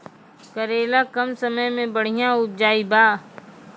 करेला कम समय मे बढ़िया उपजाई बा?